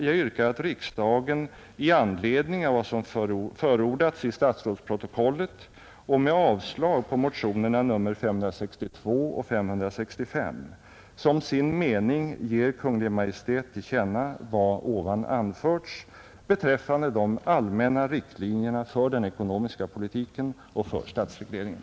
Jag yrkar att riksdagen, i anledning av vad som förordats i statsrådsprotokollet och med avslag på motionerna 562 och 565, som sin mening ger Kungl. Maj:t till känna vad jag här i det föregående anfört beträffande de allmänna riktlinjerna för den ekonomiska politiken och för statsregleringen.